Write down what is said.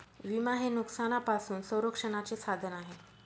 विमा हे नुकसानापासून संरक्षणाचे साधन आहे